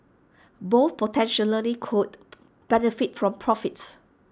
both potential could benefit from profits